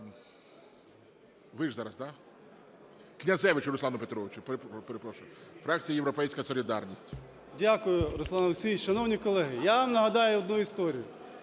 Дякую, Руслане Олексійовичу. Шановні колеги, я вам нагадаю одну історію.